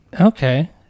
okay